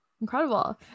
Incredible